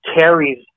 carries